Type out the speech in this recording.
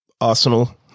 Arsenal